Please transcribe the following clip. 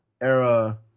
era